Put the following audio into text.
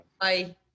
Bye